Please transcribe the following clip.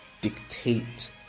dictate